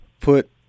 put